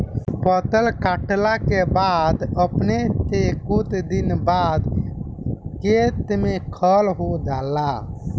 फसल काटला के बाद अपने से कुछ दिन बाद खेत में खर हो जाला